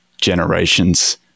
generations